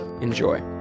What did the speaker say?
Enjoy